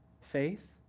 Faith